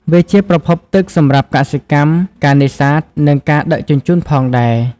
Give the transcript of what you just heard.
វាជាប្រភពទឹកសម្រាប់កសិកម្ម ការនេសាទ និងការដឹកជញ្ជូនផងដែរ។